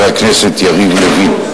חבר הכנסת דוד רותם.